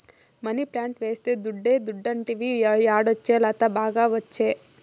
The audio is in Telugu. మనీప్లాంట్ వేస్తే దుడ్డే దుడ్డంటివి యాడొచ్చే లత, బాగా ఒచ్చే